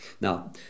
Now